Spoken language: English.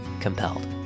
COMPELLED